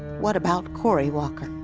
what about cory walker?